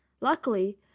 Luckily